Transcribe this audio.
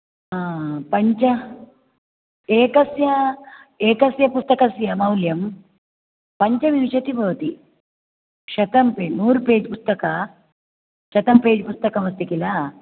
हा पञ्च एकस्य एकस्य पुस्तकस्य मौल्यं पञ्चविंशति भवति शतंपे नूर्पेज्पुस्तक शतं पेज् पुस्तकम् अस्ति किल